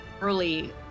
early